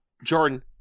Jordan